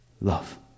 love